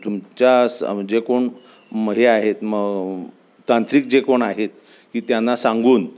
तुमच्या स जे कोण हे आहेत मग तांत्रिक जे कोण आहेत की त्यांना सांगून